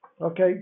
Okay